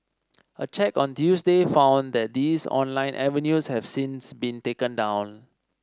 a check on Tuesday found that these online avenues have since been taken down